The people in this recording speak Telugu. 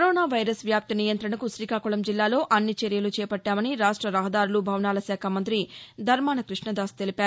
కరోనా వైరస్ వ్యాప్తి నియంతణకు శ్రీకాకుళం జిల్లాలో అన్ని చర్యలు చేపట్టామని రాష్ట రహదారులు భవనాల శాఖ మంతి ధర్మాన కృష్ణదాస్ తెలిపారు